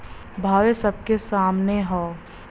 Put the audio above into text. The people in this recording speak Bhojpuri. भावो सबके सामने हौ